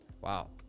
Wow